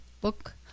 book